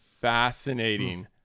fascinating